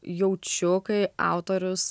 jaučiu kai autorius